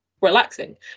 relaxing